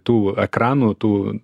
tų ekranų tų